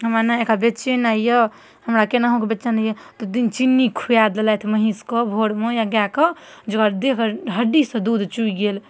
हमरा ने एकरा बेचनाइ यऽ हमरा केनाहुके बेचनाइ तऽ ओहिदिन चीनी खुआ देलक महीषके भोरमे या गायके तऽ जे ओकरा देहके हड्डीसँ दूध चुइ गेल